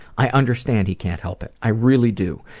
i understand he can't help it, i really do,